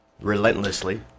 Relentlessly